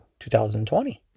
2020